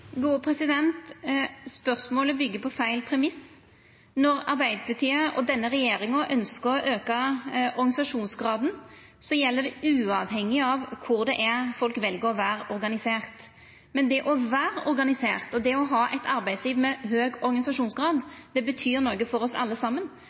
Spørsmålet byggjer på feil premiss. Når Arbeidarpartiet og denne regjeringa ønskjer å auka organisasjonsgraden, gjeld det uavhengig av kor folk vel å vera organisert. Men det å vera organisert, og det å ha eit arbeidsliv med høg organisasjonsgrad